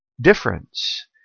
difference